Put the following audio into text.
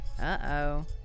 Uh-oh